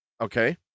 Okay